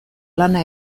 lana